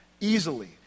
easily